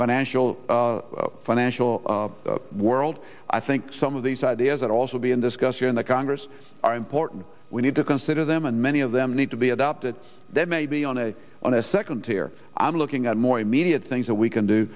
financial financial world i think some of these ideas that also be in discussion in the congress are important we need to consider them and many of them need to be adopted they may be on a on a second tier i'm looking at more immediate things that we can do